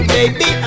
Baby